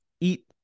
eat